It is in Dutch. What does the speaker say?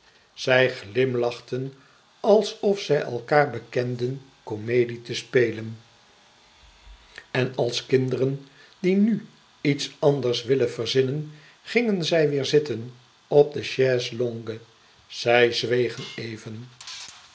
zij glimlachten alsof zij elkaâr bekenden komedie te spelen en als kinderen die nu iets anders willen verzinnen gingen zij weêr zitten op de chaise-longue zij zwegen even